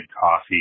coffee